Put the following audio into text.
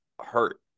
hurt